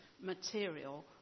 material